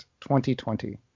2020